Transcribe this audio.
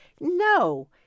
no